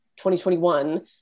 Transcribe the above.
2021